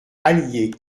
allier